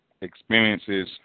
experiences